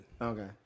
Okay